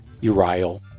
Uriel